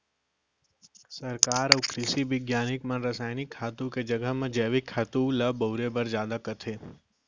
सरकार अउ कृसि बिग्यानिक मन रसायनिक खातू के जघा म जैविक खातू ल बउरे बर जादा कथें